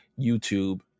YouTube